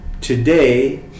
Today